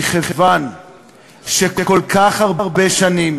מכיוון שכל כך הרבה שנים